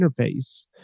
interface